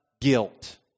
guilt